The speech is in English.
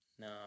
No